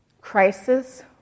crisis